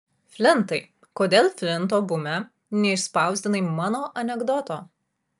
flintai kodėl flinto bume neišspausdinai mano anekdoto